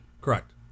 Correct